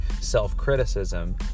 self-criticism